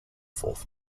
fourth